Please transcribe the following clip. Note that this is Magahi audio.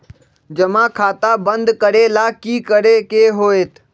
जमा खाता बंद करे ला की करे के होएत?